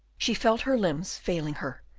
she felt her limbs failing her,